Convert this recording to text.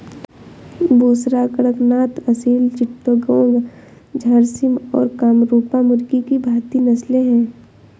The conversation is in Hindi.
बुसरा, कड़कनाथ, असील चिट्टागोंग, झर्सिम और कामरूपा मुर्गी की भारतीय नस्लें हैं